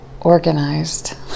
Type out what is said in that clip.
organized